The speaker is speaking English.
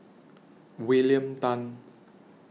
William Tan